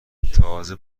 تازه